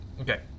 Okay